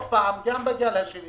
גם בגל השני